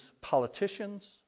politicians